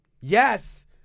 Yes